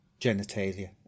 genitalia